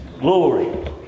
Glory